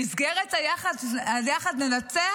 במסגרת "יחד ננצח"